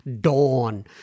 Dawn